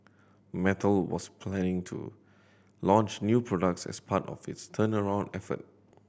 Mattel was planning to launch new products as part of its turnaround effort